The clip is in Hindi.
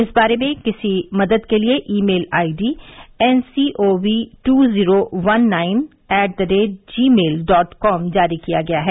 इस बारे में किसी मदद के लिए email ID N C O V two zero one nine eight the rate Gmail dot com जारी किया गया है